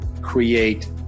create